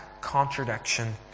contradiction